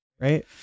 Right